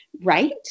Right